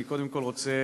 אני קודם כול רוצה